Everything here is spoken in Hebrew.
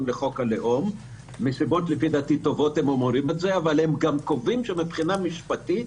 בחוק הלאום אבל גם קובעים שמבחינה משפטית